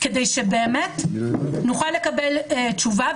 כדי שבאמת נוכל לקבל תשובה,